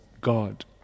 God